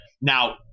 Now